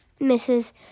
Mrs